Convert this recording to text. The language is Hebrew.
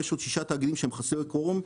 יש עוד שישה תאגידים שהם חסרי קוורום,